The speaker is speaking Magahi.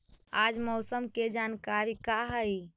आज मौसम के जानकारी का हई?